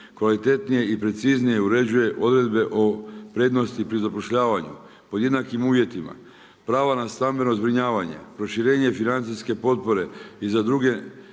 kvalitetnije i preciznije uređuje odredbe o prednosti pri zapošljavanju, pod jednakim uvjetima. Prava na stambeno zbrinjavanje, proširenje financijske potpore i za druge